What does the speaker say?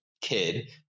kid